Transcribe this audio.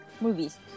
movies